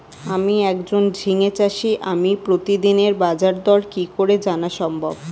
আমি একজন ঝিঙে চাষী আমি প্রতিদিনের বাজারদর কি করে জানা সম্ভব?